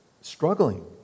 struggling